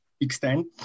extend